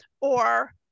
or-